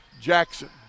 Jackson